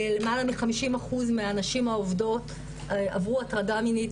למעלה מ-50 אחוז מהנשים העובדות עברו הטרדה מינית